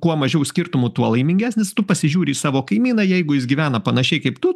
kuo mažiau skirtumų tuo laimingesnis tu pasižiūri į savo kaimyną jeigu jis gyvena panašiai kaip tu